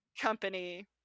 company